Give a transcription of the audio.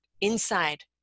inside